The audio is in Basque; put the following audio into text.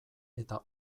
eta